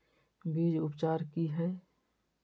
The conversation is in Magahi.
बीज उपचार कि हैय?